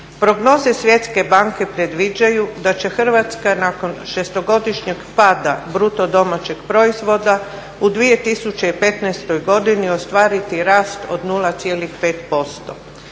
Prognoze Svjetske banke predviđaju da će Hrvatska nakon šestogodišnjeg pada bruto domaćeg proizvoda u 2015. godini ostvariti rast od 0,5%.